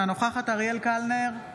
אינה נוכחת אריאל קלנר,